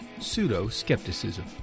pseudo-skepticism